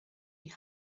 die